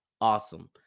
awesome